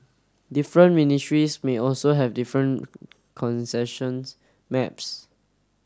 different ministries may also have different concessions maps